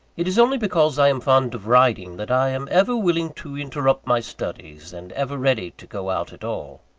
it is only because i am fond of riding, that i am ever willing to interrupt my studies, and ever ready to go out at all.